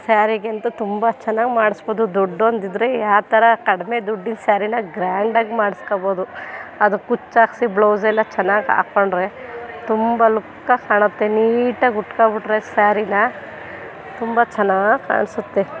ಸ್ಯಾರಿಗಿಂತ ತುಂಬ ಚೆನ್ನಾಗಿ ಮಾಡಿಸ್ಬೋದು ದುಡ್ಡೊಂದಿದ್ರೆ ಯಾವ ಥರ ಕಡಿಮೆ ದುಡ್ಡಿನ ಸ್ಯಾರಿನ ಗ್ರ್ಯಾಂಡಾಗಿ ಮಾಡ್ಸ್ಕೊಳ್ಬೋದು ಅದು ಕುಚ್ಚು ಹಾಕ್ಸಿ ಬ್ಲೌಸೆಲ್ಲ ಚೆನ್ನಾಗಿ ಹಾಕೊಂಡ್ರೆ ತುಂಬ ಲುಕ್ಕಾಗಿ ಕಾಣುತ್ತೆ ನೀಟಾಗಿ ಉಟ್ಕೊಂಡ್ಬಿಟ್ರೆ ಸ್ಯಾರಿನ ತುಂಬ ಚೆನ್ನಾಗಿ ಕಾಣಿಸುತ್ತೆ